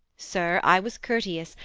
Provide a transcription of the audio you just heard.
sir, i was courteous,